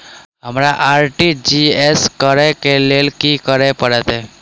हमरा आर.टी.जी.एस करऽ केँ लेल की करऽ पड़तै?